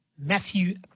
Matthew